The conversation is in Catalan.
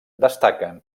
destaquen